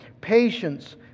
patience